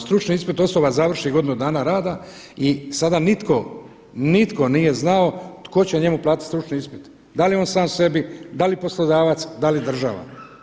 Stručni ispit osoba završi godinu dana rada i sada nitko nije znao tko će njemu platiti stručni ispit, da li on sam sebi, da li poslodavac, da li država.